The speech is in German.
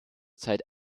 zeit